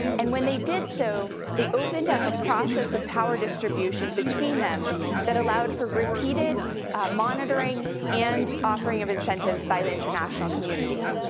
and when they did so, they opened up a process of power distribution between them that allowed for repeated monitoring and offering of incentives by the international community.